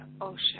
ocean